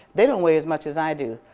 they don't weight as much as i do.